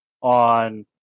on